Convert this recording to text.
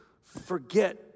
forget